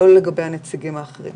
לא לגבי הנציגים האחרים.